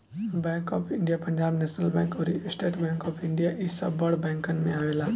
bank of India, Punjab national bank अउरी state bank of India इ सब बड़ बैंकन में आवेला